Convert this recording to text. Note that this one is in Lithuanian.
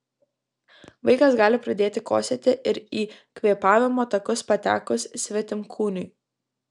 vaikas gali pradėti kosėti ir į kvėpavimo takus patekus svetimkūniui